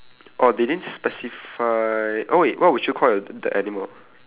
oh they didn't specify oh wait what would you call your the animal